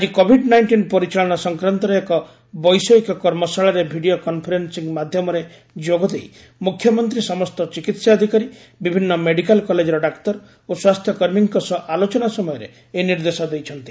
ଆକି କୋଭିଡ୍ ନାଇକ୍କିନ ପରିଚାଳନା ସଂକ୍ରାନ୍ତରେ ଏକ ବୈଷୟିକ କର୍ମଶାଳାରେ ଭିଡିଓ କନ୍ଫରେନ୍ପିଂ ମାଧ୍ଘମରେ ଯୋଗଦେଇ ମୁଖ୍ୟମନ୍ତୀ ସମସ୍ତ ଚିକିହାଧିକାରୀ ବିଭିନ୍ଦ ମେଡିକାଲ କଲେଜର ଡାକ୍ତର ଓ ସ୍ୱାସ୍ଥ୍ୟକର୍ମୀଙ୍କ ସହ ଆଲୋଚନା ସମୟରେ ଏହି ନିର୍ଦ୍ଦେଶ ଦେଇଛନ୍ତି